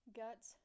guts